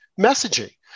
messaging